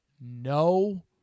No